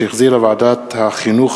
שהחזירה ועדת החינוך,